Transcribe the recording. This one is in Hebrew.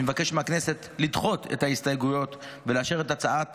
אני מבקש מהכנסת לדחות את ההסתייגויות ולאשר את הצעת